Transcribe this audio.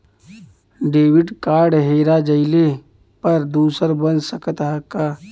Debit card हेरा जइले पर दूसर बन सकत ह का?